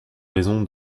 raison